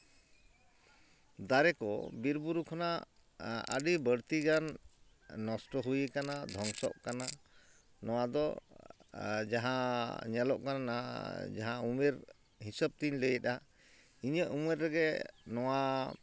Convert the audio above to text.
ᱫᱟᱨᱮ ᱠᱚ ᱵᱤᱨ ᱵᱩᱨᱩ ᱠᱷᱚᱱᱟᱜ ᱟᱹᱰᱤ ᱵᱟᱹᱲᱛᱤ ᱜᱟᱱ ᱱᱚᱥᱴᱚ ᱦᱩᱭ ᱠᱟᱱᱟ ᱫᱷᱚᱝᱥᱚᱜ ᱠᱟᱱᱟ ᱱᱚᱣᱟ ᱫᱚ ᱡᱟᱦᱟᱸ ᱧᱮᱞᱚᱜ ᱠᱟᱱᱟ ᱦᱟᱸᱜ ᱡᱟᱦᱟᱸ ᱩᱢᱮᱨ ᱦᱤᱸᱥᱟᱹᱵᱛᱤᱧ ᱞᱟᱹᱭᱮᱫᱟ ᱤᱧᱟᱹᱜ ᱩᱢᱮᱨ ᱨᱮᱜᱮ ᱱᱚᱣᱟ